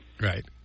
Right